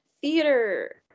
theater